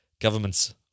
government's